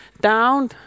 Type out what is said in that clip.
down